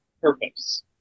purpose